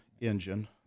engine